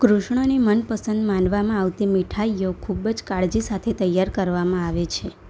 કૃષ્ણની મનપસંદ માનવામાં આવતી મીઠાઈઓ ખૂબ કાળજી સાથે તૈયાર કરવામાં આવે છે